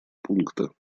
пункта